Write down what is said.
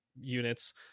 units